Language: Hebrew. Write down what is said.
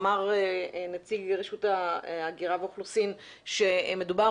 אמר נציג רשות ההגירה והאוכלוסין שמדובר